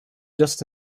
just